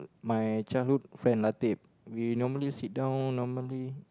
my childhood friend Latip we normally sit down normally